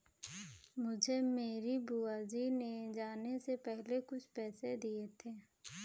मुझे मेरी बुआ जी ने जाने से पहले कुछ पैसे दिए थे